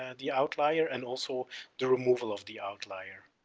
ah the outlier and also the removal of the outlier.